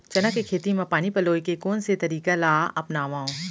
चना के खेती म पानी पलोय के कोन से तरीका ला अपनावव?